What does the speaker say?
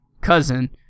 cousin